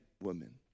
woman